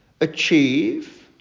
achieve